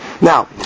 Now